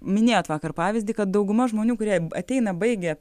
minėjot vakar pavyzdį kad dauguma žmonių kurie ateina baigę